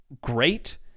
great